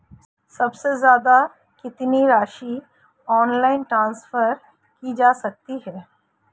सबसे ज़्यादा कितनी राशि ऑनलाइन ट्रांसफर की जा सकती है?